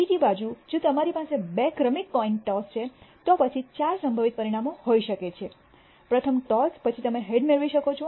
બીજી બાજુ જો તમારી પાસે બે ક્રમિક કોઈન ટૉસ છે તો પછી 4 સંભવિત પરિણામો હોઈ શકે છે પ્રથમ ટૉસ પછી તમે હેડ મેળવી શકો છો